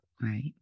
Right